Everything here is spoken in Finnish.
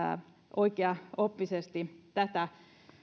oikeaoppisesti tätä